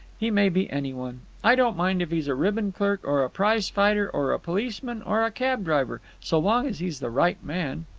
he may be any one. i don't mind if he's a ribbon clerk or a prize-fighter or a policeman or a cab-driver, so long as he's the right man.